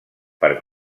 per